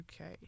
Okay